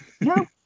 no